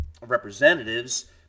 representatives